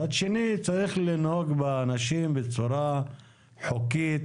מצד שני, צריך לנהוג באנשים בצורה חוקית,